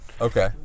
Okay